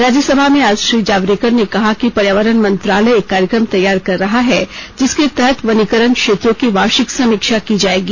राज्यसभा में आज श्री जावड़ेकर ने कहा कि पर्यावरण मंत्रालय एक कार्यक्रम तैयार कर रहा है जिसके तहत वनीकरण क्षेत्रों की वार्षिक समीक्षा की जाएगी